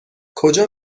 کجا